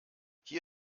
hier